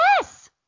yes